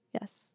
Yes